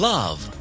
Love